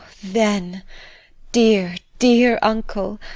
then dear, dear uncle,